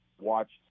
watched